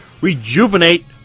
rejuvenate